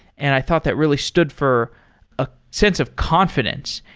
and i thought that really stood for a sense of confidence,